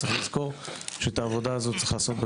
צריך לזכור שאת העבודה הזו צריך לעשות,